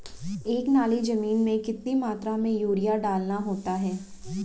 एक नाली जमीन में कितनी मात्रा में यूरिया डालना होता है?